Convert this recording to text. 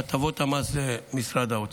והטבות המס זה משרד האוצר.